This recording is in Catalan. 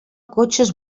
cotxes